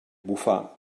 bufar